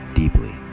deeply